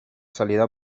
salida